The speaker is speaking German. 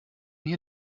hier